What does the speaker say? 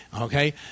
Okay